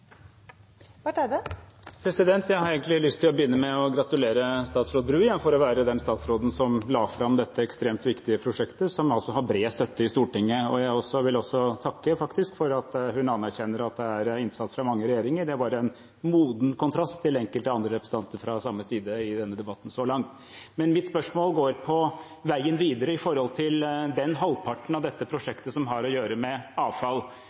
å være den statsråden som legger fram dette ekstremt viktige prosjektet, som altså har bred støtte i Stortinget. Jeg vil faktisk også takke for at hun anerkjenner at dette er en innsats fra mange regjeringer. Det er en moden kontrast til enkelte andre representanter fra samme side i denne debatten så langt. Mitt spørsmål dreier seg om veien videre når det gjelder den halvparten av dette prosjektet som har å gjøre med avfall